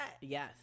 Yes